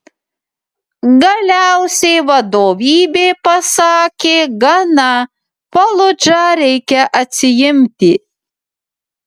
galiausiai vadovybė pasakė gana faludžą reikia atsiimti